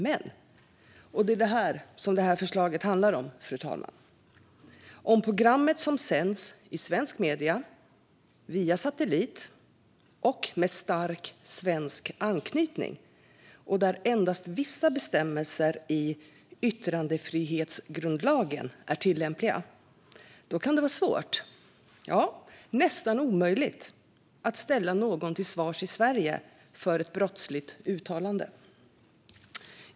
Men - och det är detta som förslaget handlar om, fru talman - om programmet sänds i ett svenskt medium via satellit och med stark svensk anknytning, och där endast vissa bestämmelser i yttrandefrihetsgrundlagen är tillämpliga, kan det vara svårt, ja nästan omöjligt, att ställa någon till svars i Sverige för ett brottsligt uttalande.